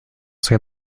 ces